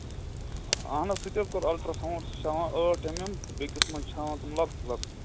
اَہَن حظ سُہ تہِ حظ کوٚر اَلٹراساوُنٛڈ سُہ چھُ ہاوان ٲٹھ ایم ایم بیٚیِس منٛز چھِ ہاوان تِم لۅکچہِ لۅکچہِ